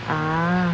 ah